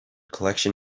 collection